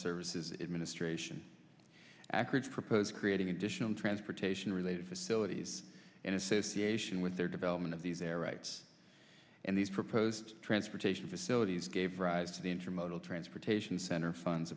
services administration ackwards proposed creating additional transportation related facilities in association with their development of these air rights and these proposed transportation facilities gave rise to the intermodal transportation center funds